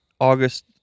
August